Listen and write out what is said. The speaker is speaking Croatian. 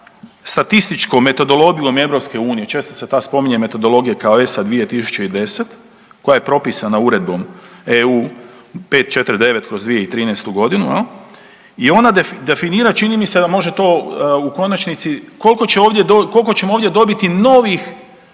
sa statističkom metodologije EU-a, često se spominje kao ESA 2010 koja je propisana Uredbom 549/2013 godinu i onda definira čini mi se da može to, koliko ćemo ovdje dobiti novih